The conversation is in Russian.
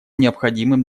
необходимым